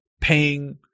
paying